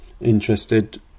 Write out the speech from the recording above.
interested